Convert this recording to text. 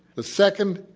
the second,